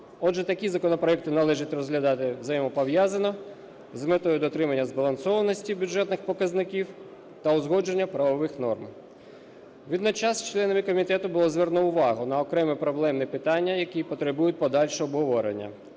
Отже, такі законопроекти належить розглядати взаємопов'язано з метою дотримання збалансованості бюджетних показників та узгодження правових норм. Водночас членами комітету було звернуто увагу на окремні проблемні питання, які потребують подальшого обговорення